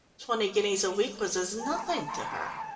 twenty guineas a week was as nothing to her.